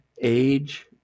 age